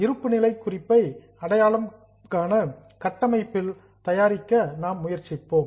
இருப்புநிலை குறிப்பை அடிப்படையான கட்டமைப்பில் தயாரிக்க நாம் முயற்சிப்போம்